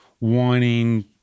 wanting